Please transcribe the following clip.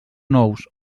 nous